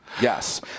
Yes